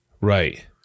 Right